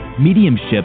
mediumship